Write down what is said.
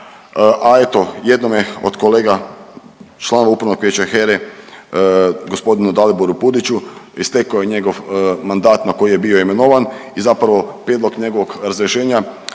a eto jednome od kolega članova upravnog vijeća HERE gospodinu Daliboru Pudiću istekao je njegov mandat na koji je bio imenovan i zapravo prijedlog njegovog razrješenja,